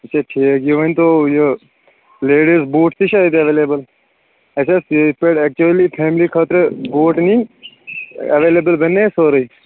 اچھا ٹھیٖک یہِ ؤنۍ تو یہِ لیڑیٖز بوٗٹ تہِ چھا اتہِ ایویلیبٕل اسہِ ٲسۍ یِتھ پٲٹھۍ ایکچُولی فیملی خٲطرٕ بوٗٹ نِنۍ ایویلیبٕل بنیا اسہِ سورُے